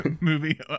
movie